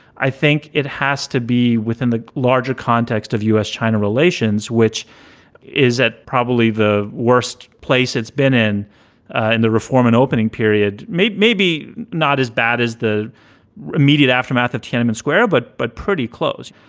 i think it has to be within the larger context of u s. china relations, which is at probably the worst place it's been in in the reform and opening period. maybe, maybe not as bad as the immediate aftermath of tiananmen square, but but pretty close.